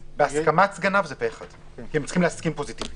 "בהסכמת סגניו" זה פה אחד כי הם צריכים להסכים פוזיטיבית.